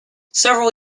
several